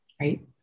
right